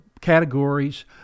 categories